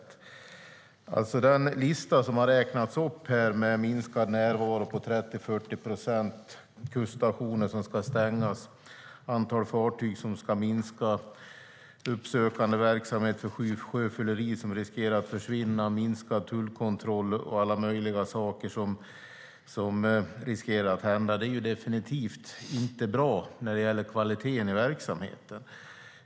Det har räknats upp en lista här över saker som riskerar att hända med en minskad närvaro på 30-40 procent: kuststationer som ska stängas, ett antal fartyg som ska minskas, uppsökande verksamhet vid sjöfylleri riskerar att försvinna, minskad tullkontroll och alla möjliga saker. Det är definitivt inte bra när det gäller kvaliteten i verksamheten.